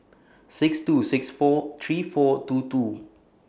six two six four three four two two